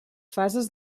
fases